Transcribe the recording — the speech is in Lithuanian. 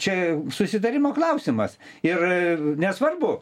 čia susitarimo klausimas ir nesvarbu